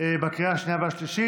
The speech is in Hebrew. כי הונחו היום על שולחן הכנסת,